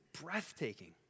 breathtaking